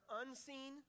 unseen